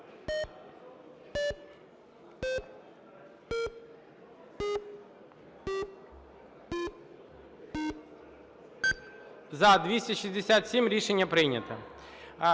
За-267 Рішення прийнято.